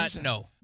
No